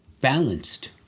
balanced